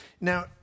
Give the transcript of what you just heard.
now